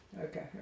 Okay